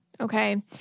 Okay